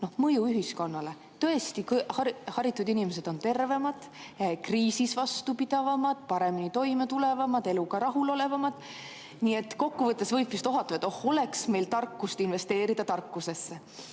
mõju ühiskonnale. Tõesti, haritud inimesed on tervemad, kriisis vastupidavamad, paremini toime tulevad, eluga rahulolevamad, nii et kokkuvõttes võib vist ohata, et oh, oleks meil tarkust investeerida tarkusesse!